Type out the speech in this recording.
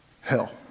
hell